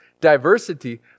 diversity